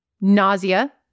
nausea